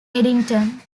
eddington